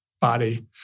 body